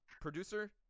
Producer